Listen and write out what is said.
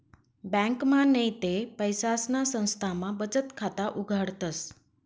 ब्यांकमा नैते पैसासना संस्थामा बचत खाता उघाडतस